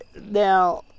now